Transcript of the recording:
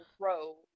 grow